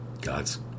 God's